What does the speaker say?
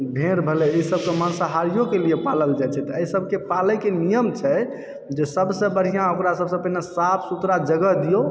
भेड़ भेलै ई सब कऽ मांसाहारियो के लिए पालल जाइ छै तऽ एहि सबके पालै के नियम छै जे सब सऽ बढ़िऑं ओकरा सब सऽ पहिने साफ सुथरा जगह दियौ